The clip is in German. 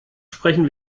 sprechen